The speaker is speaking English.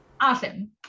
awesome